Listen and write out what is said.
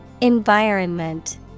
Environment